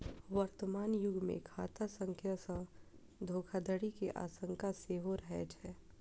वर्तमान युग मे खाता संख्या सं धोखाधड़ी के आशंका सेहो रहै छै